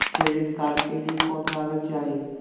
Credit card के लिए कौन कागज चाही?